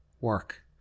work